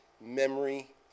memory